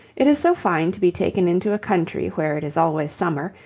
it is so fine to be taken into a country where it is always summer,